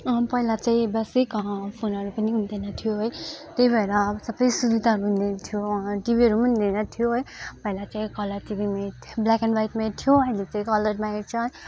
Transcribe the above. पहिला चाहिँ बेसिक फोनहरू पनि हुँदैन थियो है त्यही भएर अब सबै सुविधाहरू हुँदैन थियो टिभीहरू पनि हुँदैन थियो है पहिला चाहिँ कलर टिभीमा ब्ल्याक एन्ड वाइटमा हेर्थ्यो अहिले चाहिँ कलरमा हेर्छ